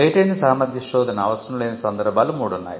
patent సామర్థ్య శోధన అవసరం లేని సందర్భాలు మూడున్నాయి